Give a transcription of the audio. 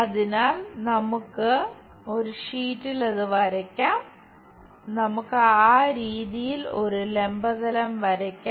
അതിനാൽ അത് നമുക്ക് ഷീറ്റിൽ വരയ്ക്കാം നമുക്ക് ആ രീതിയിൽ ഒരു ലംബ തലം വരയ്ക്കാം